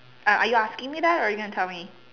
are are you asking me that or are you gonna tell me